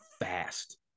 fast